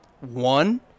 One